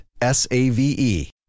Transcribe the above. S-A-V-E